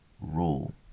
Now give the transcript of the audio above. rule